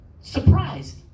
surprised